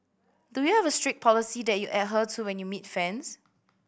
do you have a strict policy that you adhere to when you meet fans